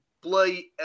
play